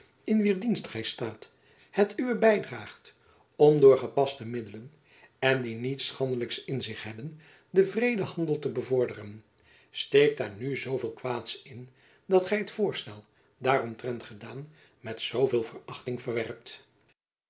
in wier dienst gy staat het uwe bydraagt om door gepaste middelen en die niets schandelijks in zich hebben den vredehandel te bevorderen steekt daar nu zooveel kwaads in dat gy het voorstel daaromtrent gedaan met zooveel verachting verwerpt